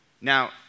Now